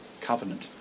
covenant